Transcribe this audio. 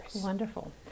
Wonderful